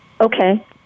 okay